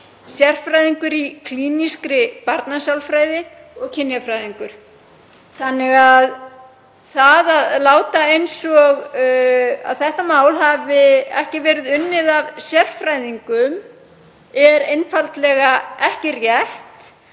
sérfræðingur í klínískri barnasálfræði og kynjafræðingur, þannig að það að láta eins og að málið hafi ekki verið unnið af sérfræðingum er einfaldlega ekki rétt